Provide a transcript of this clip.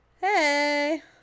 Hey